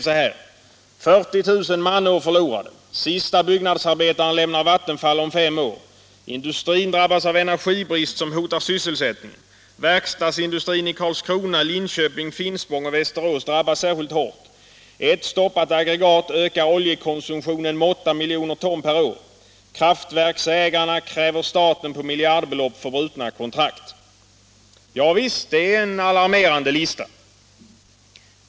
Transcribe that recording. Man skrev: Industrin drabbas av energibrist som hotar sysselsättningen. Verkstadsindustrin i Karlskrona, Linköping, Finspång och Västerås drabbas särskilt hårt. Ett stoppat aggregat ökar oljekonsumtionen med 8 miljoner ton per år. Visst är det en alarmerande lista.